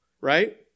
Right